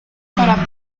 para